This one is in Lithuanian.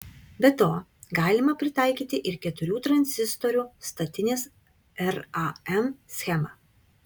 be to galima pritaikyti ir keturių tranzistorių statinės ram schemą